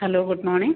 hello good morning